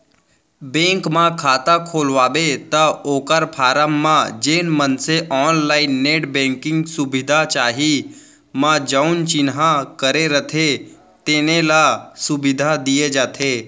bank म खाता खोलवाबे त ओकर फारम म जेन मनसे ऑनलाईन नेट बेंकिंग सुबिधा चाही म जउन चिन्हा करे रथें तेने ल सुबिधा दिये जाथे